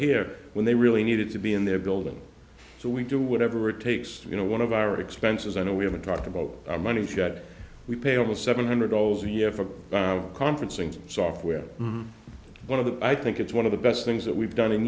here when they really needed to be in their building so we do whatever it takes to you know one of our expenses i know we haven't talked about money we pay almost seven hundred dollars a year for conferencing software one of the i think it's one of the best things that we've done in